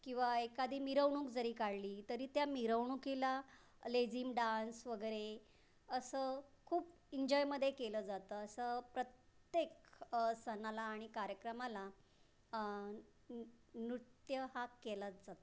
किंवा एखादी मिरवणूक जरी काढली तरी त्या मिरवणुकीला लेझीम डान्स वगैरे असं खूप इंजॉयमध्ये केलं जातं असं प्रत्येक सणाला आणि कार्यक्रमाला नु नृत्य हा केलाच जातो